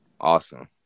awesome